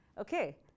Okay